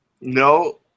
No